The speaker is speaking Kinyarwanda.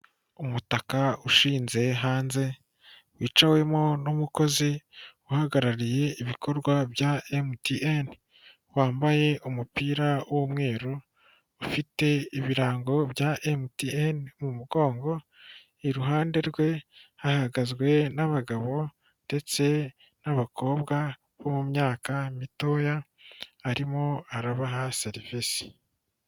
Umutaka ushinze hanze, wicawemo n'umukozi uhagarariye ibikorwa bya MTN, wambaye umupira w'umweru ufite ibirango bya MTN mu mugongo, iruhande rwe hahagazwe n'abagabo ndetse n'abakobwa bo mu myaka mitoya arimo arabaha serivisi.